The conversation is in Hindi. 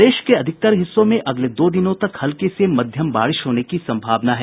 प्रदेश के अधिकांश भागों में अगले दो दिनों तक हल्की से मध्यम बारिश होने की सम्भावना है